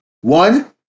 one